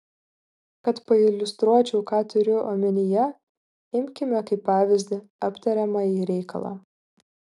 kad pailiustruočiau ką turiu omenyje imkime kaip pavyzdį aptariamąjį reikalą